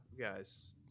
guys